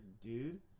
dude